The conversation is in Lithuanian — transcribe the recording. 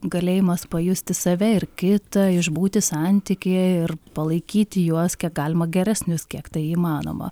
galėjimas pajusti save ir kitą išbūti santykyje ir palaikyti juos kiek galima geresnius kiek tai įmanoma